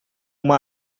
uma